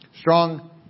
Strong